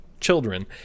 children